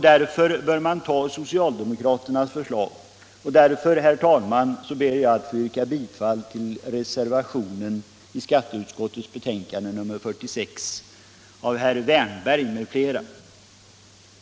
Därför bör man anta socialdemokraternas förslag och därför, herr talman, ber jag att få yrka bifall till reservationen i skatteutskottets betänkande nr 46 av herr Wärnberg m.fl.